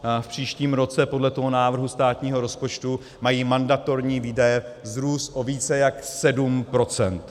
V příštím roce podle návrhu státního rozpočtu mají mandatorní výdaje vzrůst o více jak 7 %.